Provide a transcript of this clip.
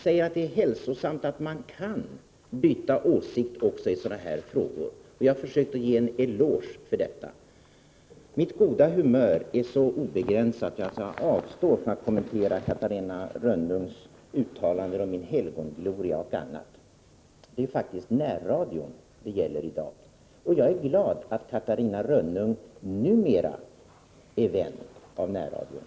Det är hälsosamt att man kan byta åsikt också i sådana här frågor. Jag har försökt ge er en eloge för detta. Mitt goda humör är så obegränsat att jag avstår från att kommentera Catharina Rönnungs uttalande om min helgongloria och annat. Det är faktiskt närradion som det i dag gäller. Jag är glad över att Catarina Rönnung numera är en vän av närradion.